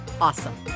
awesome